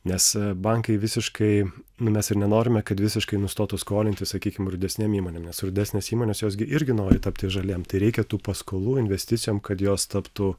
nes bankai visiškai nu mes ir nenorime kad visiškai nustotų skolinti sakykim didesnėm įmonėm nes solidesnės įmonės jos gi irgi nori tapti žaliem tai reikia tų paskolų investicijom kad jos taptų